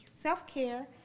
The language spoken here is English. self-care